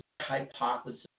hypothesis